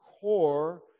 core